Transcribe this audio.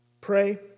Pray